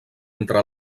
entre